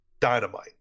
Dynamite